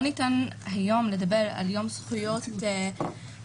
לא ניתן היום לדבר על יום זכויות האדם,